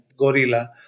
Gorilla